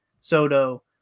Soto